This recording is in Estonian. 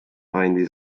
andis